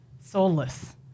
soulless